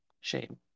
shame